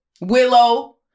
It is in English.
Willow